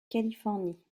californie